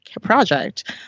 project